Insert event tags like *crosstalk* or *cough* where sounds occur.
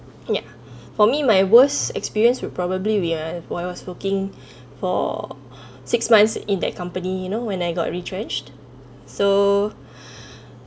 yup *breath* for me my worst experience will probably be uh while I was working *breath* for *breath* six months in that company you know when I got retrenched so *breath*